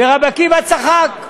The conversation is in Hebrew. ורבי עקיבא צחק.